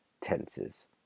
tenses